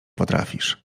potrafisz